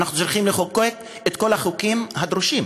אנחנו צריכים לחוקק את כל החוקים הדרושים